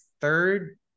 third